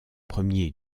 premiers